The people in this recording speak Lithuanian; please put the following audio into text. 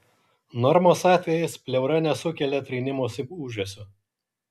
normos atvejais pleura nesukelia trynimosi ūžesio